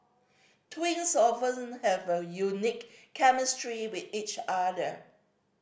twins often have a unique chemistry with each other